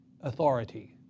authority